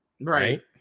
right